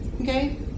okay